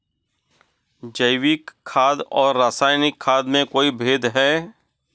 जैविक खाद और रासायनिक खाद में कोई भेद है?